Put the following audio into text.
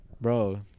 Bro